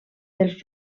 dels